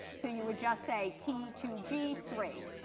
so you would just say t two g three.